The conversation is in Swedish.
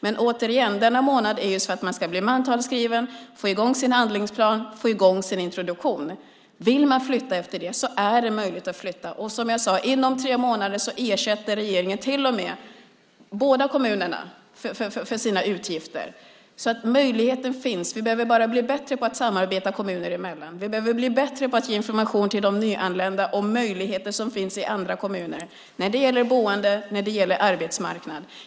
Under denna månad ska man bli mantalsskriven, få i gång sin handlingsplan och sin introduktion. Vill man flytta efter det är det möjligt att göra det. Inom tre månader ersätter regeringen till och med båda kommunerna för deras utgifter. Möjligheten finns. Vi behöver bara bli bättre på att samarbeta kommuner emellan. Vi behöver bli bättre på att ge information till de nyanlända om de möjligheter som finns i andra kommuner när det gäller boende och arbetsmarknad.